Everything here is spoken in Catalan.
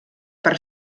per